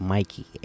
Mikey